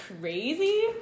crazy